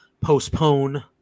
postpone